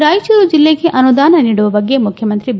ರಾಯಚೂರು ಜಿಲ್ಲೆಗೆ ಅನುದಾನ ನೀಡುವ ಬಗ್ಗೆ ಮುಖ್ಯಮಂತ್ರಿ ಬಿ